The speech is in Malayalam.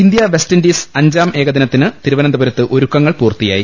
ഇന്ത്യ വെസ്റ്റ് ഇൻഡീസ് അഞ്ചാം ഏക ദി ന ത്തിന് തിരുവനന്തപുരത്ത് ഒരുക്കങ്ങൾ പൂർത്തിയായി